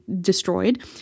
destroyed